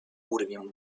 уровнем